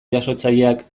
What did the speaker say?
jasotzaileak